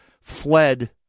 fled